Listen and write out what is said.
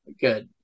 Good